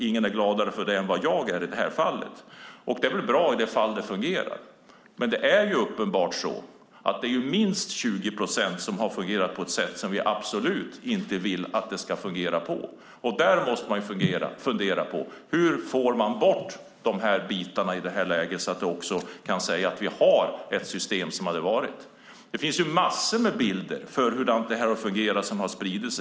Ingen är gladare för det än vad jag är. Det är väl också bra i de fall det fungerar. Men uppenbart har det för minst 20 procent fungerat på ett sätt som vi absolut inte vill att det ska fungera på. Där måste man fundera över: Hur får man bort de bitarna, så att vi kan säga att vi har ett system som fungerar? Det har spridit sig massor med bilder för hur det har fungerat.